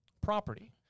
property